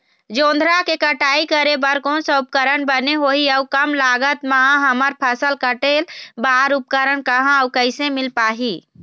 जोंधरा के कटाई करें बर कोन सा उपकरण बने होही अऊ कम लागत मा हमर फसल कटेल बार उपकरण कहा अउ कैसे मील पाही?